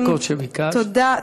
התשע"ז 2017,